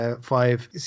five